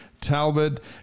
Talbot